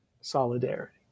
solidarity